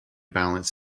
balance